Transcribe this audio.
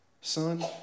Son